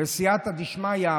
בסייעתא דשמיא,